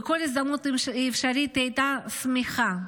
בכל הזדמנות אפשרית היא הייתה שמחה,